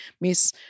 Miss